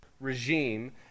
regime